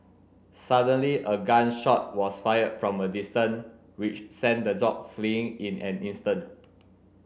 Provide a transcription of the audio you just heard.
suddenly a gun shot was fired from a distance which sent the dogs fleeing in an instant